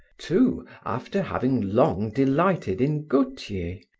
too, after having long delighted in gautier,